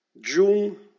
June